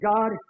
God